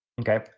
Okay